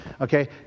Okay